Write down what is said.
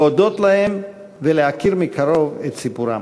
להודות להם ולהכיר מקרוב את סיפורם.